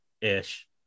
ish